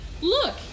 look